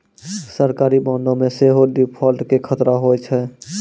सरकारी बांडो मे सेहो डिफ़ॉल्ट के खतरा होय छै